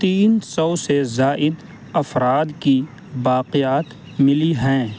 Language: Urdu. تین سو سے زائد افراد کی باقیات ملی ہیں